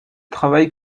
travaille